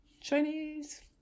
Chinese